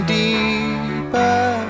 deeper